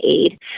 Aid